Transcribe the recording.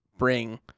bring